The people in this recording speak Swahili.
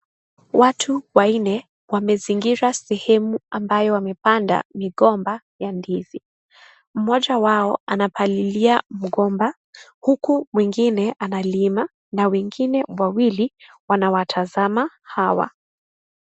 Watu wanne wamezingira sehemu ambayo wamepanda migomba ya ndizi. Mmoja wao anapalilia mgomba huku mwingine analima na wengine wawili wanawatazama hawa.